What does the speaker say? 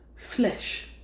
Flesh